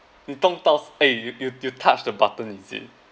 you ton~ eh you you you touched the button is it